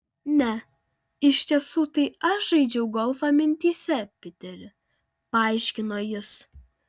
ne iš tiesų tai aš žaidžiau golfą mintyse piteri paaiškino jis